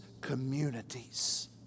communities